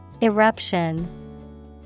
Eruption